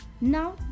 Now